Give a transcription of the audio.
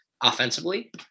offensively